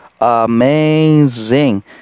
amazing